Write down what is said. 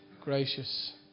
gracious